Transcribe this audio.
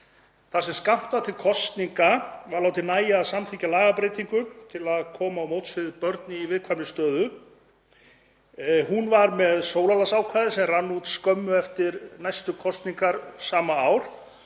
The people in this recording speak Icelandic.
Þar sem skammt var til kosninga var látið nægja að samþykkja lagabreytingu til að koma til móts við börn í viðkvæmri stöðu. Hún var með sólarlagsákvæði sem rann út skömmu eftir næstu kosningar sama ár,